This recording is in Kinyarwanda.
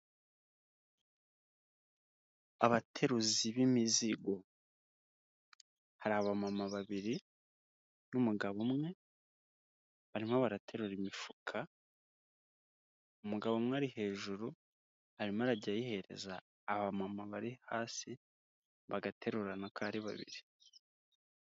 Abateruzi b'imizigo, hari aba mama babiri n'umugabo umwe barimo baraterura imifuka, umugabo umwe ari hejuru arimo arajya ayihereza aba mama bari hasi bagaterurana ko ari babiri.